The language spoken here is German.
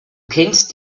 kennst